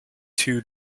two